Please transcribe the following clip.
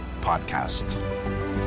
Podcast